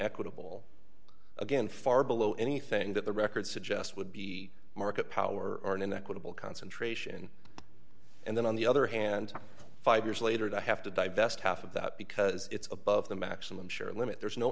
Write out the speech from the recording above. equitable again far below anything that the record suggests would be market power in an equitable concentration and then on the other hand five years later to have to divest half of that because it's above the maximum share limit there's no